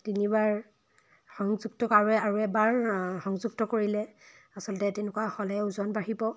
তিনিবাৰ সংযুক্ত কাৰোৱে আৰু এবাৰ সংযুক্ত কৰিলে আচলতে তেনেকুৱা হ'লে ওজন বাঢ়িব